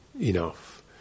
enough